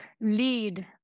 lead